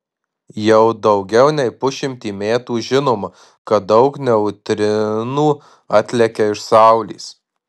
jau daugiau nei pusšimtį metų žinoma kad daug neutrinų atlekia iš saulės